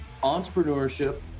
entrepreneurship